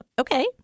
Okay